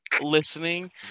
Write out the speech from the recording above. listening